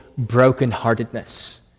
brokenheartedness